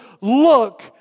look